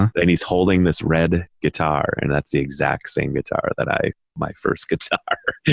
and he's holding this red guitar and that's the exact same guitar that i, my first guitar.